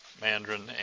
Mandarin